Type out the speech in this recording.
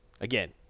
Again